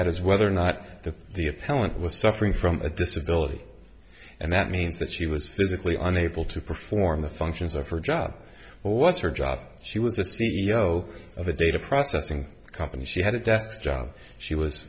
at is whether or not the the appellant was suffering from a disability and that means that she was physically unable to perform the functions of her job what was her job she was a c e o of a data processing company she had a desk job she was